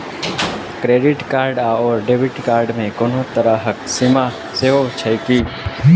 Credit card आओर debit card मे कोनो तरहक सीमा सेहो छैक की?